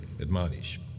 admonish